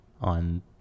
on